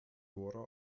dora